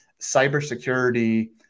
Cybersecurity